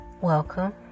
welcome